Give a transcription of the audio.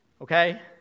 okay